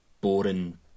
boring